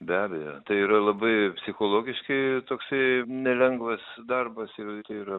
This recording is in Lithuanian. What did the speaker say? be abejo tai yra labai psichologiškai toksai nelengvas darbas ir tai yra